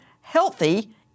healthy